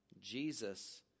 Jesus